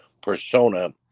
persona